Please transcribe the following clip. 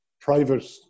private